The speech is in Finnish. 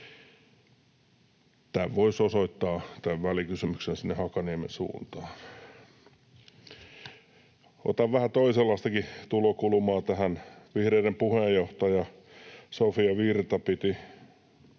voisi osoittaa sinne Hakaniemen suuntaan. Otan vähän toisenlaistakin tulokulmaa tähän. Vihreiden puheenjohtaja Sofia Virta piti